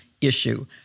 issue